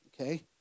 Okay